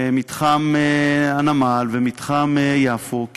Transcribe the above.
מתחם הנמל ומתחם יפו,